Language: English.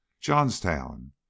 Johnstown